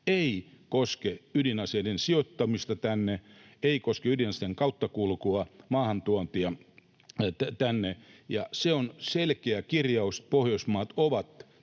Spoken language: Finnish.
ei koske ydinaseiden sijoittamista tänne, ei koske ydinaseiden kauttakulkua, maahantuontia tänne, ja se on selkeä kirjaus. Pohjoismaat ovat